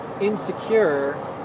insecure